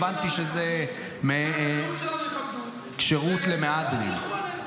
והבנתי שזה שירות למהדרין.